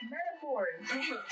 Metaphors